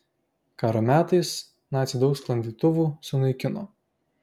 karo metais naciai daug sklandytuvų sunaikino